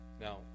Now